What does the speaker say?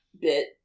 bit